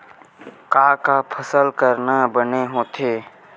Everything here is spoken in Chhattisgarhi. का का फसल करना बने होथे?